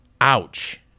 Ouch